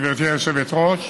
גברתי היושבת-ראש,